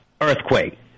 Earthquake